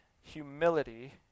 humility